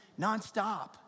nonstop